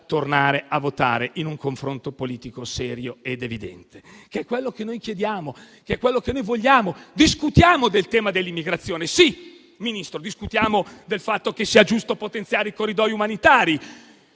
tornare a votare in un confronto politico serio ed evidente, che è ciò che noi chiediamo e vogliamo. Discutiamo del tema dell'immigrazione. Sì, Ministro, discutiamo del fatto che sia giusto potenziare i corridoi umanitari.